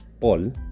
Paul